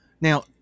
now